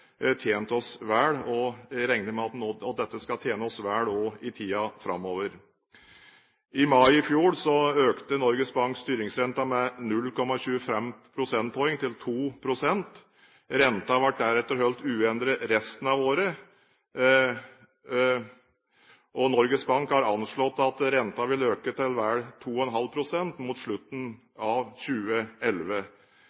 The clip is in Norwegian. tjent oss vel, og jeg regner med at dette skal tjene oss vel også i tiden framover. I mai i fjor økte Norges Bank styringsrenten med 0,25 prosentpoeng, til 2 pst. Renten ble deretter holdt uendret resten av året. Norges Bank har anslått at renten vil øke til vel 2,5 pst. mot slutten